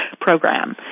program